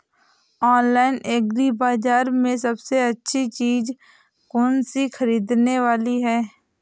Online agri बाजार में सबसे अच्छी चीज कौन सी ख़रीदने वाली है?